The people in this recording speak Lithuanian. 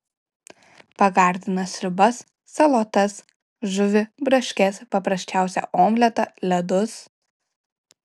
pagardina sriubas salotas žuvį braškes paprasčiausią omletą ledus